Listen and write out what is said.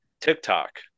TikTok